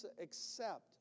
accept